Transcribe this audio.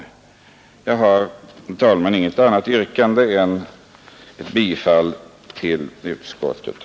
27 oktober 1971 Herr talman! Jag har inget annat yrkande än bifall till utskottets